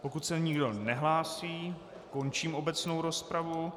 Pokud se nikdo nehlásí končím obecnou rozpravu.